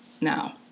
now